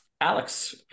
Alex